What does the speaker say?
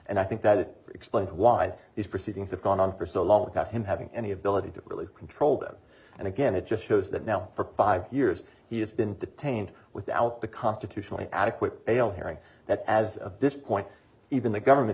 and i think that it explains why these proceedings have gone on for so long without him having any ability to really control them and again it just shows that now for five years he has been detained without the constitutionally adequate bail hearing that as of this point even the government